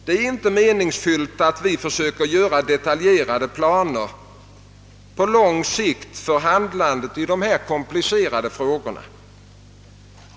Det är inte meningsfyllt att försöka göra detaljerade planer för handlandet på lång sikt i dessa komplicerade frågor.